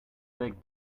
big